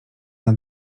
nad